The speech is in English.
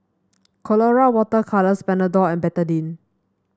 Colora Water Colours Panadol and Betadine